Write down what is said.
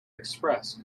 express